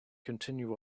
continue